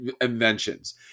inventions